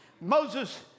Moses